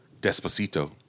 Despacito